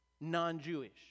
non-jewish